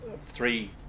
three